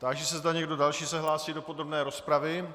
Táži se, zda někdo další se hlásí do podrobné rozpravy.